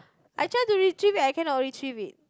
I try to retrieve it I cannot retrieve it